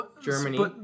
Germany